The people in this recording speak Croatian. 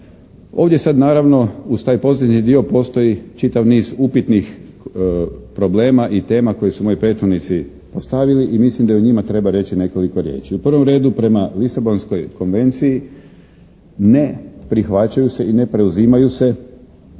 Ovdje sada naravno uz taj posljednji dio postoji čitav niz upitnih problema i tema koje su moji prethodnici postavili i mislim da o njima treba reći nekoliko riječi. U prvom redu prema Lisabonskoj konvenciji ne prihvaćaju se i ne preuzimaju se